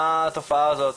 מה התופעה הזאת.